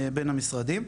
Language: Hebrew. בין המשרדים.